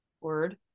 Word